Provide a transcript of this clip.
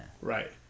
Right